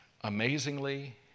amazingly